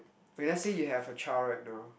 okay let's say you have a child right now